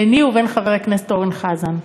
ביני ובין חבר הכנסת אורן חזן,